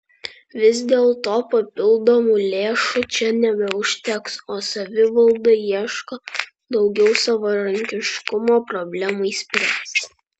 vis dėlto papildomų lėšų čia nebeužteks o savivalda ieško daugiau savarankiškumo problemai spręsti